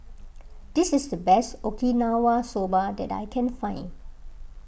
this is the best Okinawa Soba that I can find